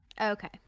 Okay